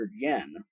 yen